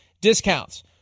discounts